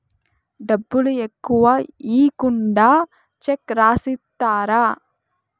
డబ్బులు ఎక్కువ ఈకుండా చెక్ రాసిత్తారు